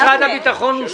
מקרן הפיקון.